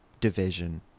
division